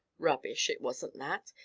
rubbish! it wasn't that.